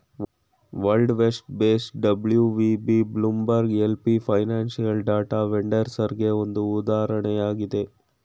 world west base WVB, Bloomberg LP financial data ವೆಂಡರ್ಸ್ಗೆಗೆ ಒಂದು ಉದಾಹರಣೆಯಾಗಿದೆ